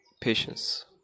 patience